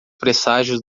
presságios